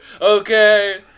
okay